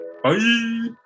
Bye